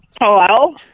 Hello